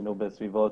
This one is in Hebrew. היינו בסביבות